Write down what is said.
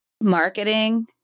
Marketing